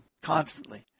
constantly